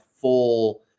full